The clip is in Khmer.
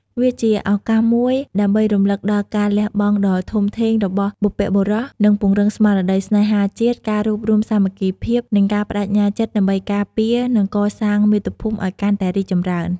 វាជាឱកាសមួយដើម្បីរំលឹកដល់ការលះបង់ដ៏ធំធេងរបស់បុព្វបុរស និងពង្រឹងស្មារតីស្នេហាជាតិ ការរួបរួមសាមគ្គីភាព និងការប្ដេជ្ញាចិត្តដើម្បីការពារ និងកសាងមាតុភូមិឲ្យកាន់តែរីកចម្រើន។